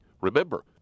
Remember